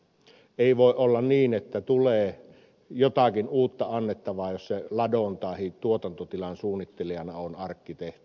ei voi olla niin että tulee jotakin uutta annettavaa jos se ladon tahi tuotantotilan suunnittelijana on arkkitehti